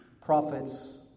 prophets